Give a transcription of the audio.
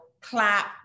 clap